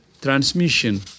transmission